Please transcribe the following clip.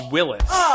Willis